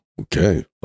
Okay